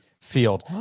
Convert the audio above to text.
Field